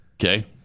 Okay